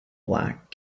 black